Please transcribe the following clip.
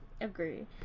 Agree